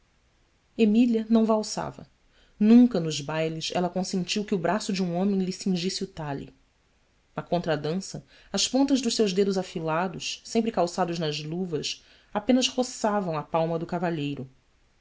emília não valsava nunca nos bailes ela consentiu que o braço de um homem lhe cingisse o talhe na contradança as pontas dos seus dedos afilados sempre calçados nas luvas apenas roçavam a palma do cavalheiro